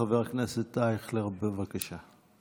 חבר הכנסת אייכלר, בבקשה.